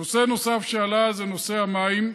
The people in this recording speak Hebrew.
נושא נוסף שעלה זה נושא המים.